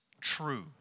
true